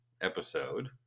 episode